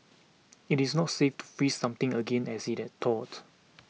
it is not safe to freeze something again as it has thawed